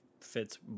fits